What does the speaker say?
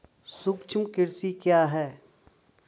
सूक्ष्म कृषि क्या है?